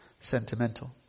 sentimental